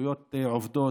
זכויות עובדות,